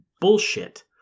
bullshit